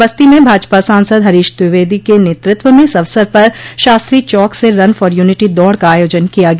बस्ती में भाजपा सांसद हरीश द्विवेदी क नेतृत्व में इस अवसर पर शास्त्री चौक से रन फॉर यूनिटी दौड़ का आयोजन किया गया